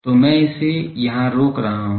तो मैं इसे यहां रोक रहा हूं